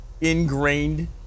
ingrained